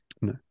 No